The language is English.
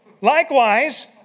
Likewise